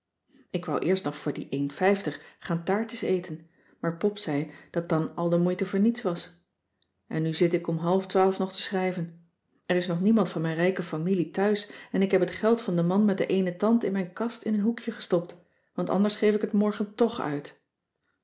ik wou eerst nog voor die een vijftig gaan taartjes eten maar pop zei dat dan al de moeite voor niets was en nu zit ik om half twaalf nog te schrijven er is nog niemand van mijn rijke familie thuis en ik heb het geld van den man met den eenen tand in mijn kast in een hoekje gestopt want anders geef ik het morgen tch uit